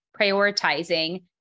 prioritizing